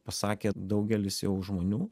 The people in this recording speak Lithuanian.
pasakė daugelis jau žmonių